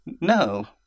No